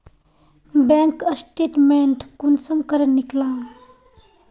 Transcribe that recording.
Bank statement कुंसम करे निकलाम?